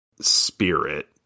spirit